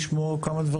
ג'רי